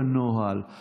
מזכיר הממשלה מיקי לוי.